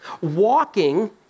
walking